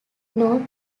north